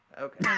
Okay